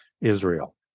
Israel